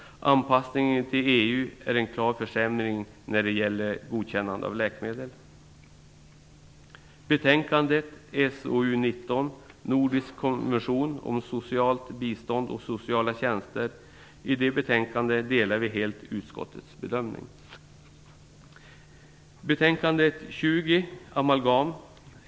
Anpassningen till EU innebär en klar försämring vad gäller godkännande av läkemedel. I fråga om betänkande SoU19 om en nordisk konvention om socialt bistånd och sociala tjänster delar vi helt utskottets bedömning. I betänkande SoU20 behandlas frågan om amalgam.